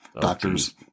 doctors